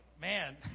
man